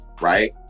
right